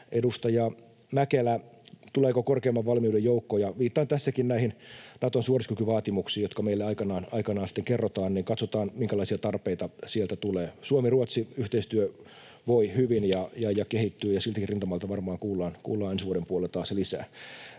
Edustaja Mäkelä: tuleeko korkeimman valmiuden joukkoja. Viittaan tässäkin näihin Naton suorituskykyvaatimuksiin, jotka meille aikanaan sitten kerrotaan. Katsotaan, minkälaisia tarpeita sieltä tulee. Suomi—Ruotsi-yhteistyö voi hyvin ja kehittyy, ja siltäkin rintamalta varmaan kuullaan ensi vuoden puolella taas lisää.